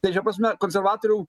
tai šia prasme konservatorių